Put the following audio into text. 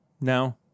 now